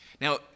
Now